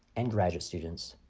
and graduate students,